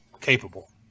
capable